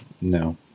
no